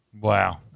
Wow